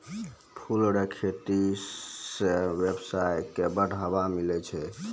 फूलो रो खेती से वेवसाय के बढ़ाबा मिलै छै